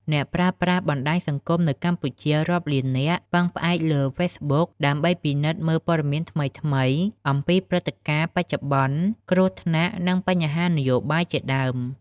អ្នកប្រើប្រាស់បណ្ដាញសង្គមនៅកម្ពុជារាប់លាននាក់ពឹងផ្អែកលើ Facebook ដើម្បីពិនិត្យមើលពត៌មានថ្មីៗអំពីព្រឹត្តិការណ៍បច្ចុប្បន្ន គ្រោះថ្នាក់ និងបញ្ហានយោបាយជាដើម។